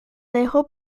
dejo